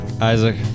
Isaac